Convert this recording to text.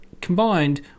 combined